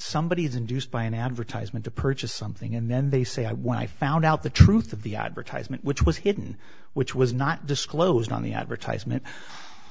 somebody is induced by an advertisement to purchase something and then they say i won i found out the truth of the advertisement which was hidden which was not disclosed on the advertisement